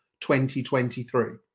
2023